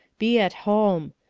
be at home.